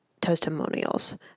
testimonials